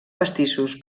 pastissos